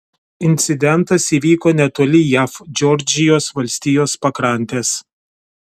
incidentas įvyko netoli jav džordžijos valstijos pakrantės